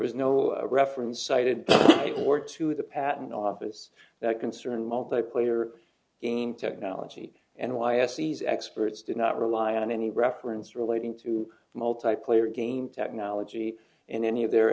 was no reference cited or to the patent office that concern multi player game technology and why ses experts did not rely on any reference relating to multiplayer game technology in any of their